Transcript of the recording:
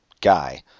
guy